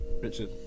richard